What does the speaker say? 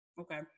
Okay